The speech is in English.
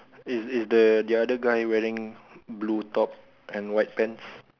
is is the another guy wearing blue top and white pants